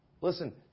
Listen